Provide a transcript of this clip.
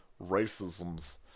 racisms